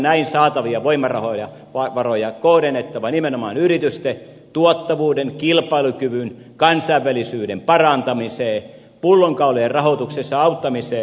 näin saatavia voimavaroja on kohdennettava nimenomaan yritysten tuottavuuden kilpailukyvyn kansainvälisyyden parantamiseen pullonkaulojen rahoituksessa auttamiseen